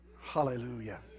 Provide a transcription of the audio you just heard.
Hallelujah